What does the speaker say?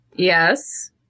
Yes